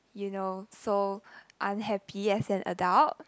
you know so unhappy as an adult